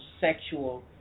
sexual